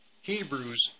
Hebrews